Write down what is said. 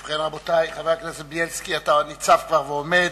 בילסקי, אתה כבר ניצב ועומד,